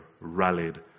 rallied